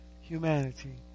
humanity